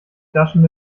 flaschen